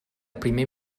primer